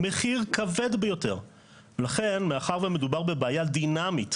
והסיבה המרכזית היא שיש גבול בכמה שאפשר להשפיע בעבודת מטה.